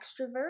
extrovert